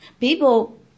people